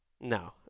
No